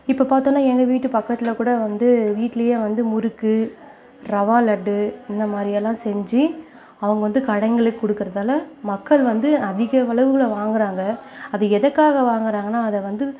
இப்போ பார்த்தோனா எங்கள் வீட்டு பக்கத்தில் கூட வந்து வீட்டிலயே வந்து முறுக்கு ரவா லட்டு இந்தமாதிரி எல்லாம் செஞ்சு அவங்க வந்து கடைங்களுக்கு கொடுக்கறதால மக்கள் வந்து அதிக அளவில் வாங்கறாங்க அது எதுக்காக வாங்கறாங்கனா அதை வந்து